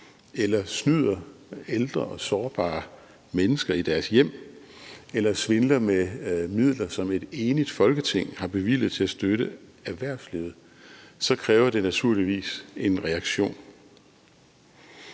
eller snyder ældre og sårbare mennesker i deres hjem eller svindler med midler, som et enigt Folketing har bevilget til at støtte erhvervslivet, så kræver det naturligvis en reaktion.